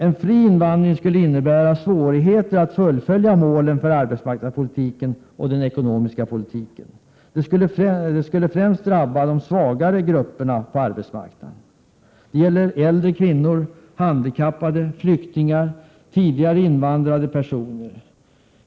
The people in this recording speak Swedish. En fri invandring skulle innebära svårigheter att fullfölja målen för arbetsmarknadspolitiken och den ekonomiska politiken. De som främst skulle drabbas av detta är de svagare grupperna på arbetsmarknaden. Det gäller äldre kvinnor, handikappade flyktingar och tidigare invandrade personer.